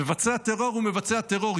מבצע טרור הוא מבצע טרור,